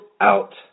out